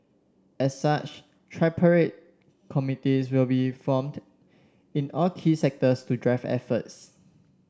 as such tripartite committees will be formed in all key sectors to drive efforts